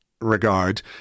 regard